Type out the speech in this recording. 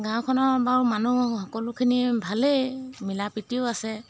গাঁওখনৰ বাৰু মানুহ সকলোখিনি ভালেই মিলা প্ৰীতিও আছে